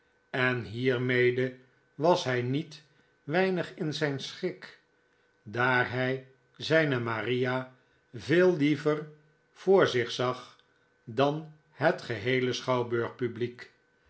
en hiermede was hij niet weinig in zijn schik daar hij zijne maria veel liever voor zich zag dan het geheele